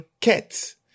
Cats